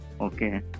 Okay